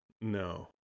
No